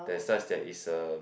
that such that it's a